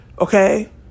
Okay